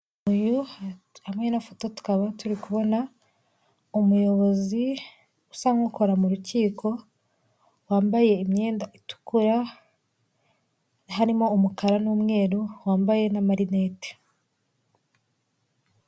Itangazo ryo kwamamariza ikigo gikoresha serivisi kuri murandasi kizwi nk'irembo iryo tangazo rivuga ko bafunguye uburyo bushyashya aho bakwishyura serivisi zo muri laboratwari bifashisha mu ibirembo, umunsi hari uburyo wabona aho wabashaka guhamagara kuri mirongo ikenda icyenda n'ikenda